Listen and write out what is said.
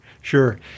sure